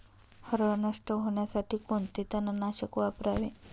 हरळ नष्ट होण्यासाठी कोणते तणनाशक वापरावे?